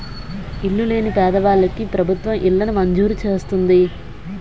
ఇల్లు లేని పేదవాళ్ళకి ప్రభుత్వం ఇళ్లను మంజూరు చేస్తుంది